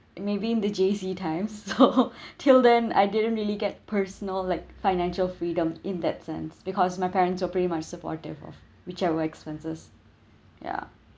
maybe in the J_C time so till then I didn't really get personal like financial freedom in that sense because my parents are pretty much supportive of whichever expenses yeah